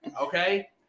Okay